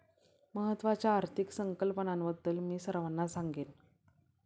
महत्त्वाच्या आर्थिक संकल्पनांबद्दल मी सर्वांना सांगेन